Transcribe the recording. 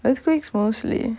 earthquakes mostly